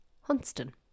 Hunston